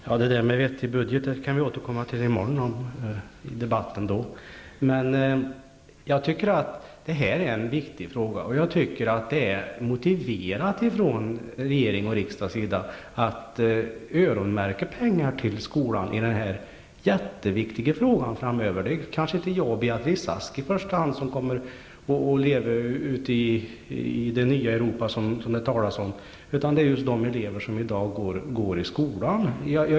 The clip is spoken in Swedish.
Fru talman! Detta med vettig budget kan vi återkomma till i debatten i morgon. Jag tycker att detta är en viktig fråga och att det är motiverat att regering och riksdag öronmärker pengar till skolan i denna mycket viktiga fråga framöver. Det är kanske inte i första hand jag och Beatrice Ask som kommer att leva ute i det nya Europa som det talas om, utan det är just de elever som i dag går i skolan.